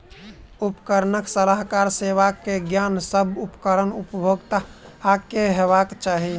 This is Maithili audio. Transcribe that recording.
उपकरणक सलाहकार सेवा के ज्ञान, सभ उपकरण उपभोगता के हेबाक चाही